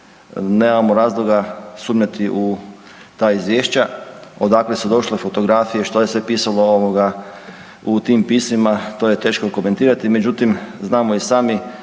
Nemamo razloga sumnjati u ta izvješća, odakle su došla, fotografije što je sve pisalo ovoga u tim pismima to je teško komentirati međutim znamo i sami